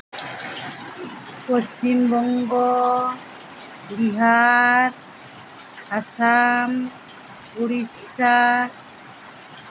Paschimbanga Bihar Assam Odisha